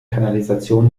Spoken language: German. kanalisation